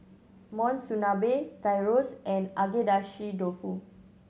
Monsunabe Gyros and Agedashi Dofu